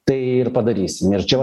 tai ir padarysim ir čia vat